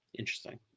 interesting